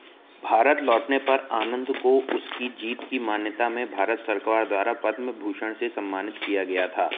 भारत लौटने पर आनंद को उनकी जीत की मान्यता में भारत सरकार द्वारा पद्म भूषण से सम्मानित किया गया था